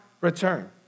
return